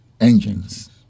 engines